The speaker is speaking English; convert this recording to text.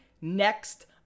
next